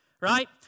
right